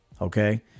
Okay